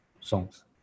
songs